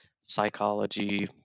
psychology